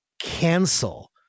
cancel